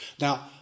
Now